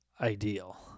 ideal